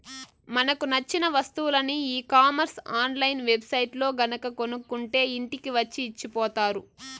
మనకు నచ్చిన వస్తువులని e commerce online web సైట్లల్లో గనక కొనుక్కుంటే ఇంటికి వచ్చి ఇచ్చిపోతారు